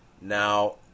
Now